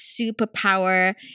Superpower